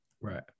Right